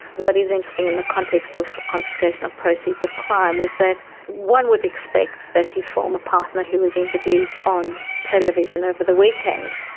what is interesting in the context of confiscation of proceeds of crime was that one would expect that his former partner who was interviewed on television over the weekend,